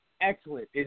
Excellent